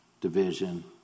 Division